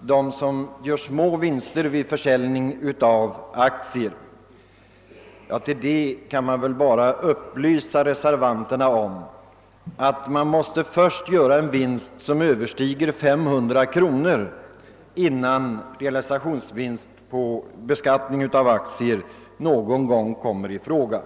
dem som gör små vinster vid försäljning av aktier. För att bemöta detta kan man bara upplysa reservanterna om att aktieinnehavaren först måste göra en vinst som överstiger 500 kronor innan realisationsvinst vid beskattning av aktier någon gång kan komma i fråga.